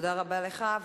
תודה רבה לך.